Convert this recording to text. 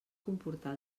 comportar